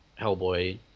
hellboy